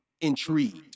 Intrigued